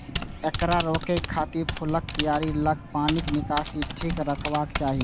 एकरा रोकै खातिर फूलक कियारी लग पानिक निकासी ठीक रखबाक चाही